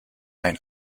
ein